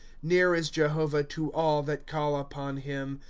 near is jehovah to. all that call upon him.